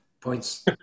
points